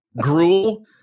Gruel